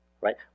Right